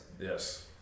Yes